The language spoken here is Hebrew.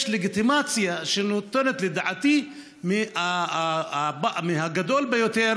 יש לגיטימציה שניתנת, לדעתי, מהגדול ביותר